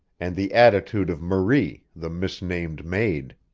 and the attitude of marie, the misnamed maid.